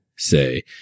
Say